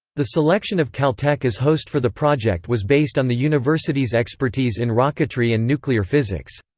the selection of caltech as host for the project was based on the university's expertise in rocketry and nuclear physics.